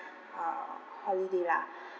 uh holiday lah